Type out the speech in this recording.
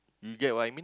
you get what I mean